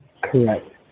Correct